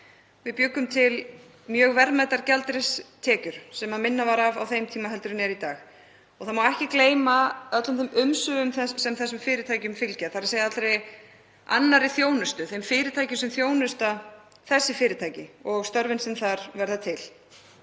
Við bjuggum til mjög verðmætar gjaldeyristekjur sem minna var af á þeim tíma en er í dag. Ekki má gleyma öllum þeim umsvifum sem þessum fyrirtækjum fylgja, þ.e. allri annarri þjónustu, þeim fyrirtækjum sem þjónusta þessi fyrirtæki og störfunum sem þar verða til.